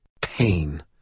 Pain